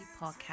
podcast